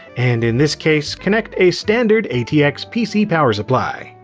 and in this case, connect a standard atx pc power supply.